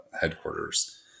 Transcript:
headquarters